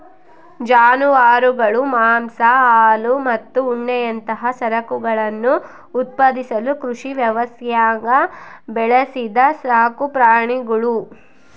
ಜಾನುವಾರುಗಳು ಮಾಂಸ ಹಾಲು ಮತ್ತು ಉಣ್ಣೆಯಂತಹ ಸರಕುಗಳನ್ನು ಉತ್ಪಾದಿಸಲು ಕೃಷಿ ವ್ಯವಸ್ಥ್ಯಾಗ ಬೆಳೆಸಿದ ಸಾಕುಪ್ರಾಣಿಗುಳು